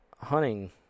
hunting